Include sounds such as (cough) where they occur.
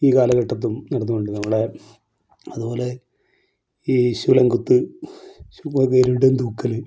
ഈ കാലഘട്ടത്തും നടന്നു പോവുന്നുണ്ട് നമ്മുടെ അതുപോലെ ഈ ശൂലം കുത്ത് (unintelligible) ഗരുഡൻ തൂക്കൽ